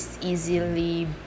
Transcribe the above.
easily